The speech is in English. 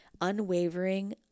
unwavering